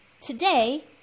today